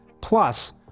Plus